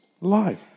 life